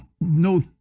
no